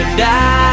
die